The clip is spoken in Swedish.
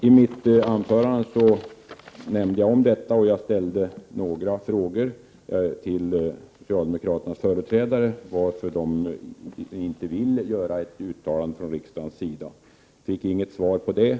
I mitt anförande nämnde jag detta, och jag ställde några frågor till socialdemokraternas företrädare om varför de inte vill göra ett uttalande från riksdagens sida. Jag fick inget svar på frågorna.